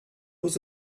was